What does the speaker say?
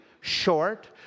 short